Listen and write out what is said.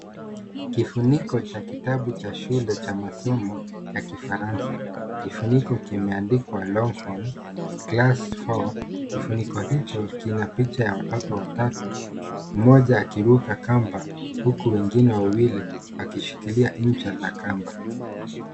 Kifuniko cha kitabu cha shule cha masomo ya Kifaransa. Kifuniko kimeandikwa Longhorn [c]Class Four[c].Kifuniko hicho kina picha ya watoto watatu, mmoja akiruka kamba huku wengine wawili wakishikilia ncha za kamba.